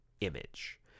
image